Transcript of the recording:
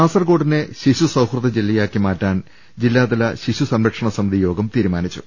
കാസർകോടിനെ ശിശു സൌഹൃദ ജില്ലയാക്കി മാറ്റാൻ ജില്ലാതല ശിശുസംരക്ഷണ സമിതിയോഗം തീരുമാനിച്ചു